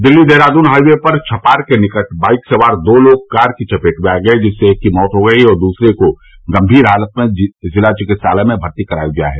Delhi Dehradun highway पर छपार के निकट बाइक सवार दो लोग कार की चपेट में आ गए जिससे एक की मौत हो गई और दूसरे को गंभीर हालत में जिला विकित्सालय में भर्ती कराया गया है